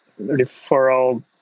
referral